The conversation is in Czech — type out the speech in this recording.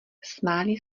smáli